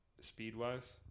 speed-wise